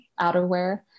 outerwear